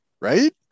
Right